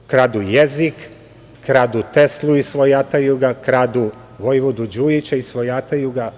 Kradu jezik, kradu Teslu i svojataju ga, kradu vojvodu Đujića i svojataju ga.